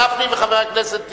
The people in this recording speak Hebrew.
חבר הכנסת גפני וחבר הכנסת טיבי.